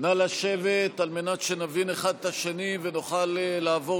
נא לשבת על מנת שנבין אחד את השני ונוכל לעבור